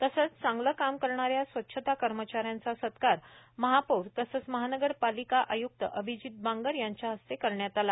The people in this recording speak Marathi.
तसेच चांगले काम करणाऱ्या स्वच्छता कर्मचाऱ्यांचा सत्कार महापौर तसेच महानगर पालिका आय्क्त अभिजित बांगर यांच्या हस्ते करण्यात आला